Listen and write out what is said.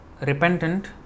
repentant